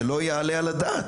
זה לא יעלה על הדעת.